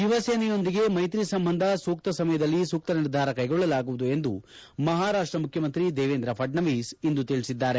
ಶಿವಸೇನೆಯೊಂದಿಗೆ ಮೈತ್ರಿ ಸಂಬಂಧ ಸೂಕ್ತ ಸಮಯದಲ್ಲಿ ಸೂಕ್ತ ನಿರ್ಧಾರ ಕೈಗೊಳ್ಳಲಾಗುವುದು ಎಂದು ಮಹಾರಾಷ್ಟ ಮುಖ್ಯಮಂತ್ರಿ ದೇವೇಂದ್ರ ಫಡ್ನವೀಸ್ ಇಂದು ತಿಳಿಸಿದ್ದಾರೆ